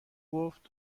گفت